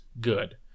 good